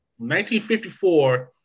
1954